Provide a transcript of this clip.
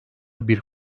bir